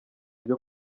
byo